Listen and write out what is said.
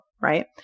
right